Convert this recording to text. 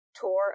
tour